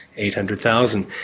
eight hundred thousand,